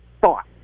thought